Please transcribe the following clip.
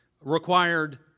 required